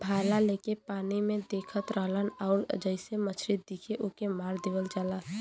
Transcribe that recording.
भाला लेके पानी में देखत रहलन आउर जइसे मछरी दिखे ओके मार देवल जाला